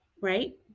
right